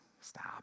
stop